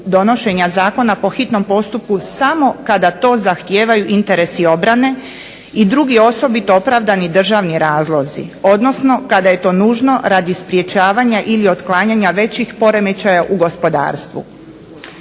donošenja zakona po hitnom postupku samo kada to zahtijevaju interesi obrane i drugi osobito opravdani državni razlozi odnosno kada je to nužno radi sprječavanja ili otklanjanja većih poremećaja u gospodarstvu.